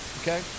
okay